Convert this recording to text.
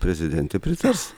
prezidentė pritars